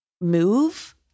move